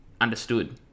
understood